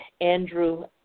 Andrew